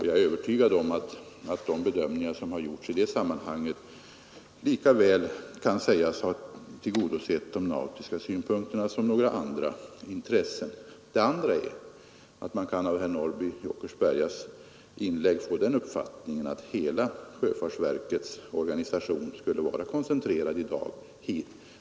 Jag är övertygad om att de bedömningar som gjorts i det sammanget har tillgodosett de nautiska synpunkterna lika väl som andra intressen. Av de inlägg herr Norrby i Åkersberga har gjort kan man få uppfattningen att hela sjöfartsverkets organisation i dag skulle vara koncentrerad hit till Stockholm.